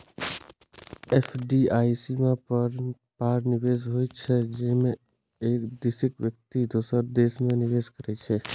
FDI सीमा पार निवेश होइ छै, जेमे एक देशक व्यक्ति दोसर देश मे निवेश करै छै